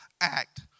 act